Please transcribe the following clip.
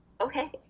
Okay